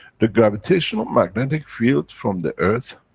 the gravitational-magnetic field from the earth,